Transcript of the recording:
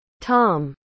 Tom